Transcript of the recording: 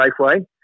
Safeway